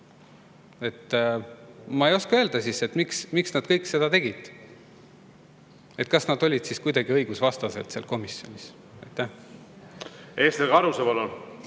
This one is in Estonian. Ma ei oska öelda, miks nad kõik seda tegid, kas nad olid siis kuidagi õigusvastaselt seal komisjonis. Ester Karuse, palun!